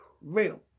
Real